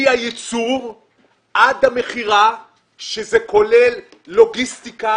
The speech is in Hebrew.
מהייצור ועד המכירה שזה כולל לוגיסטיקה,